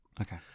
okay